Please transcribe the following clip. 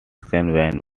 van